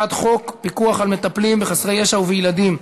הצעת חוק פיקוח על מטפלים בחסרי ישע ובילדים,